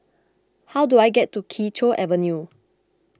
how do I get to Kee Choe Avenue